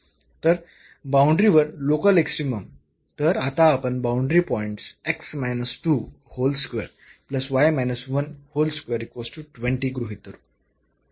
तर बाऊंडरी वर local extremum तर आता आपण बाऊंडरी पॉईंट्स गृहीत धरू